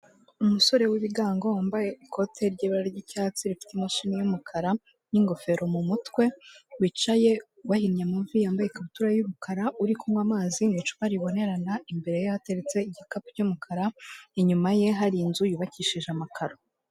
Umusore w'ibigango wambaye ikote ry'ibara ry'icyatsi rifite imashini y'umukara n'ingofero mu mutwe, wicaye wahinnye amavi, yambaye ikabutura y'umukara, uri kunywa amazi mu icupa ribonerana, imbere ye hateretse igikapu cy'umukara, inyuma ye hari inzu yubakishije amakaro.